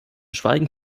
schweigen